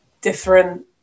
different